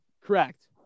Correct